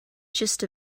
gist